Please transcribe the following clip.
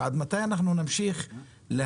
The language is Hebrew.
אבל עד מתי אנחנו נמשיך להגיד?